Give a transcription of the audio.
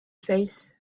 face